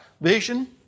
vision